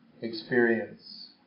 experience